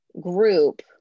group